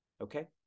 okay